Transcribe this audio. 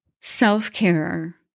Self-care